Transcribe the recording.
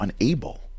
unable